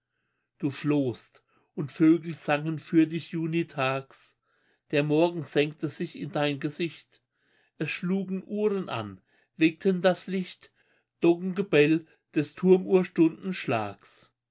flohst und vögel sangen für dich junitags der morgen senkte sich in dein gesicht es schlugen uhren an weckten das licht doggengebell des